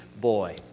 boy